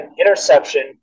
interception